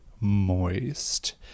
moist